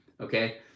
Okay